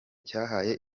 cyahaye